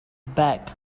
back